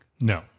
no